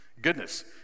Goodness